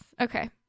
Okay